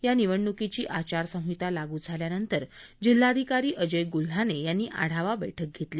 या निवडणुकीची आचारसंहिता लागू झाल्यानंतर जिल्हाधिकारी अजय गुल्हाने यांनी आढावा बैठक घेतली